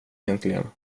egentligen